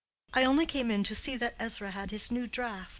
i only came in to see that ezra had his new draught.